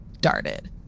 darted